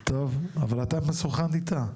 בסדר?